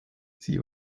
sie